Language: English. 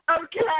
Okay